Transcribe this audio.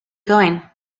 going